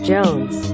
Jones